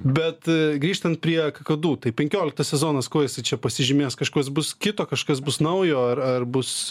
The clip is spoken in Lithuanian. bet grįžtant prie kakadu tai penkioliktas sezonas kuo jisai čia pasižymės kažkuos bus kito kažkas bus naujo ar ar bus